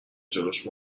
جلوش